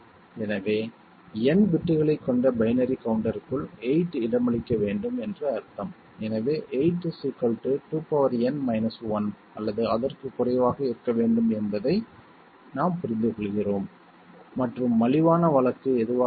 எனவே n பிட்களைக் கொண்ட பைனரி கவுண்டருக்குள் 8 இடமளிக்கப்பட வேண்டும் என்று அர்த்தம் எனவே 8 2n 1 அல்லது அதற்குக் குறைவாக இருக்க வேண்டும் என்பதை நாம் புரிந்துகொள்கிறோம் மற்றும் மலிவான வழக்கு எதுவாக இருக்கும்